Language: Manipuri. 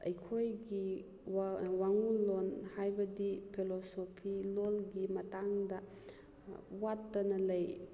ꯑꯩꯈꯣꯏꯒꯤ ꯋꯥꯡꯉꯨ ꯂꯣꯟ ꯍꯥꯏꯕꯗꯤ ꯐꯦꯂꯣꯁꯣꯐꯤ ꯂꯣꯟꯒꯤ ꯃꯇꯥꯡꯗ ꯋꯥꯠꯇꯅ ꯂꯩ